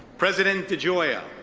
president degioia,